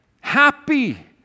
happy